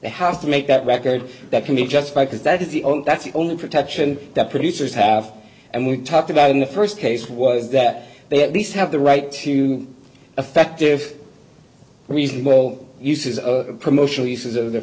have to make that record that can be justified because that is the only that's the only protection that producers have and we talked about in the st case was that they at least have the right to effective reasonable uses of promotional uses of their